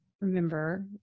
remember